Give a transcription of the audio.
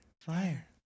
Fire